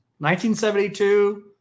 1972